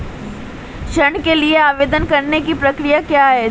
ऋण के लिए आवेदन करने की प्रक्रिया क्या है?